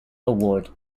award